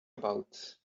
about